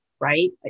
right